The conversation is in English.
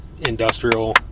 industrial